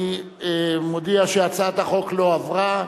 אני מודיע שהצעת החוק לא עברה.